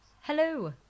Hello